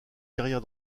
carrière